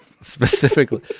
specifically